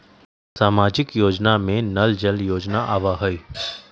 सामाजिक योजना में नल जल योजना आवहई?